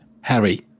Harry